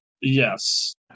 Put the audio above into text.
Yes